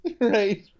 Right